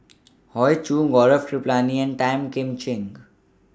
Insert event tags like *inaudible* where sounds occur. *noise* Hoey Choo Gaurav Kripalani Tan Kim Ching